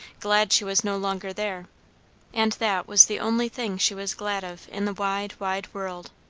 glad she was no longer there and that was the only thing she was glad of in the wide, wide world.